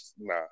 Nah